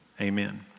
amen